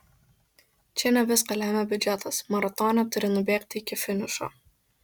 čia ne viską lemia biudžetas maratone turi nubėgti iki finišo